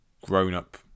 grown-up